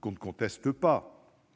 que nous ne contestons pas,